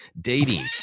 dating